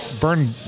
burn